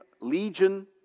Legion